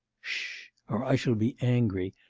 sh or i shall be angry,